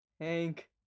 Hank